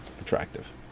attractive